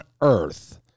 earth